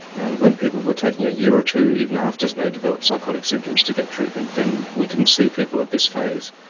and when people were taking a year or two, even after they developed psychotic symptoms, to get treatment, then we didn't see people at this phase.